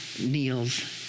kneels